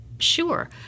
Sure